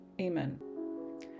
amen